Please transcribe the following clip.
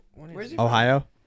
Ohio